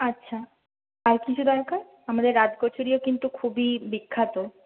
আচ্ছা আর কিছু দরকার আমাদের রাজ কচুরিও কিন্তু খুবই বিখ্যাত